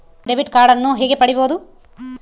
Debit ಕಾರ್ಡನ್ನು ಹೇಗೆ ಪಡಿಬೋದು?